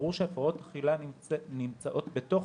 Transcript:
ברור שהפרעות אכילה נמצאות בתוך